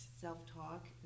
self-talk